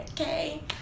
okay